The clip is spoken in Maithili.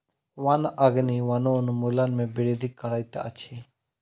वन अग्नि वनोन्मूलन में वृद्धि करैत अछि